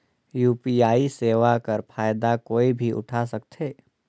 UPI सेवा कर फायदा कोई भी उठा सकथे?